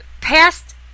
past